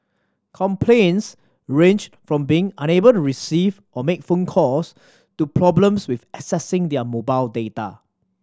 complaints ranged from being unable to receive or make phone calls to problems with accessing their mobile data